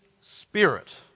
spirit